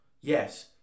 Yes